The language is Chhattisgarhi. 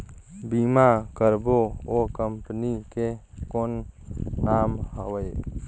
बीमा करबो ओ कंपनी के कौन नाम हवे?